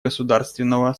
государственного